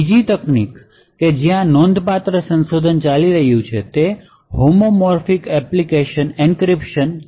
બીજી તકનીકી જ્યાં નોંધપાત્ર સંશોધન ચાલી રહ્યું છે તે હોમોમોર્ફિક એન્ક્રિપ્શન છે